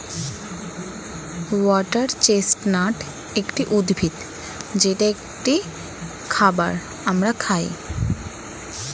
water chestnut একটি উদ্ভিদ যেটা একটি খাবার আমরা খাই